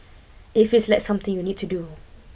it feels like something you need to do